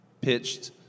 pitched